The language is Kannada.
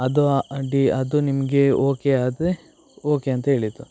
ಅದು ಅಡಿ ಅದು ನಿಮಗೆ ಓಕೆ ಆದರೆ ಓಕೆ ಅಂತ ಹೇಳಿದ್ದು